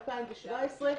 ב-2017,